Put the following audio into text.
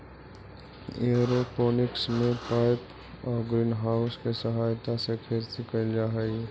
aeroponics में pipe आउ greenhouse के सहायता से खेती कैल जा हइ